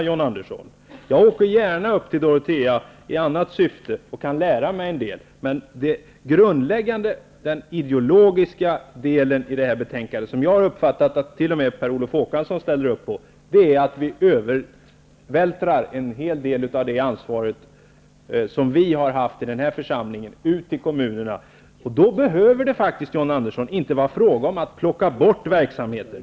Jag åker gärna upp till Dorotea i annat syfte och kan då lära mig en del, men det grundläggande -- det är den ideologiska delen i det här betänkandet, och den ställer enligt vad jag har uppfattat t.o.m. Per Olof Håkansson upp på -- är att vi vältrar över en hel del av det ansvar som vi tidigare har haft i den här församlingen på kommunerna. Då behöver det faktiskt, John Andersson, inte bli fråga om att plocka bort verksamheter.